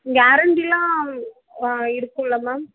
கேரண்டிலாம் இருக்குல மேம்